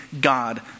God